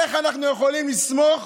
איך אנחנו יכולים לסמוך